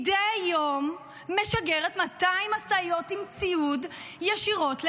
מדי יום משגרת 200 משאיות עם ציוד ישירות לחמאס?